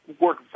work